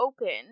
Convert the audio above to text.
open